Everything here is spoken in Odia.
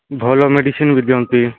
ଭଲ ମେଡ଼ିସିନ୍ ବି ଦିଅନ୍ତି